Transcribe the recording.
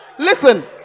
listen